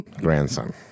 grandson